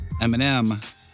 Eminem